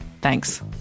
Thanks